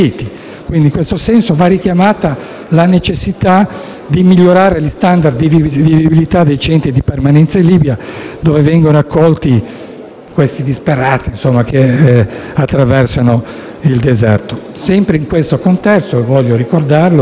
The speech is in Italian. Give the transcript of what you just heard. In questo senso, va richiamata la necessità di migliorare gli *standard* di visibilità dei centri di permanenza in Libia, dove vengono accolti questi disperati che attraversano il deserto. Sempre in questo contesto - voglio ricordarlo